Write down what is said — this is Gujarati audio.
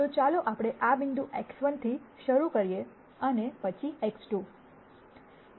તો ચાલો આપણે આ બિંદુ X1 થી શરૂ કરીએ અને પછી X2